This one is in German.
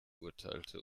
urteilte